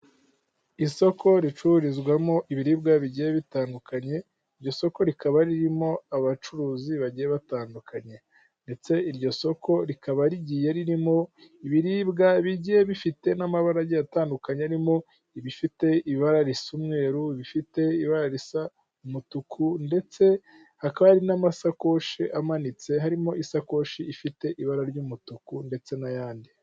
Isoko ricururizwamo ibiribwa bigiye bitandukanye, iryo soko rikaba ririmo abacuruzi bagiye batandukanye, ndetse iryo soko rikaba rigiye ririmo ibiribwa bigiye bifite n'amabara atandukanye arimo ibifite ibara risa umweru, bifite ibara risa umutuku, ndetse hakaba hari n'amasakoshi amanitse, harimo isakoshi ifite ibara ry'umutuku ndetse n'ayandi.